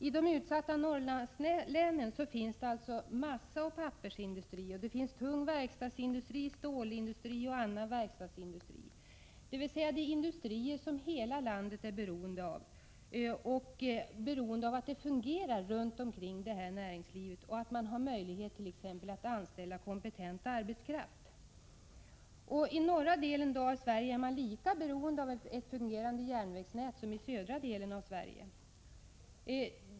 I de utsatta Norrlandslänen finns massaoch pappersindustri, tung verkstadsindustri, annan verkstadsindustri och stålindustri. Hela landet är beroende av dessa industrier — och beroende av att det fungerar runt omkring industrierna och att de har möjlighet att anställa kompetent arbetskraft. I norra delen av Sverige är man lika beroende av ett fungerande järnvägsnät som man är i södra Sverige.